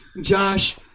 Josh